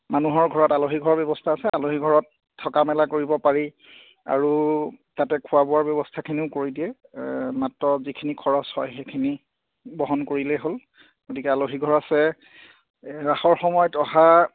মানুহৰ ঘৰত আলহী ঘৰৰ ব্যৱস্থা আছে আলহী ঘৰত থকা মেলা কৰিব পাৰি আৰু তাতে খোৱা বোৱাৰ ব্যৱস্থাখিনিও কৰি দিয়ে মাত্ৰ যিখিনি খৰচ হয় সেইখিনি বহন কৰিলেই হ'ল গতিকে আলহী ঘৰ আছে ৰাসৰ সময়ত অহা